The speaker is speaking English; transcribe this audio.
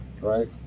right